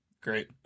great